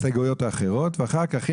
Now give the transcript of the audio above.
ההסתייגויות האחרות ואחר כך,